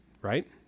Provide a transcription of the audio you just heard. right